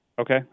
Okay